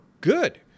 good